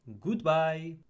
goodbye